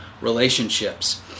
relationships